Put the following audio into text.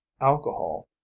Alcohol